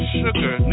sugar